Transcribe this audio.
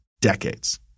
decades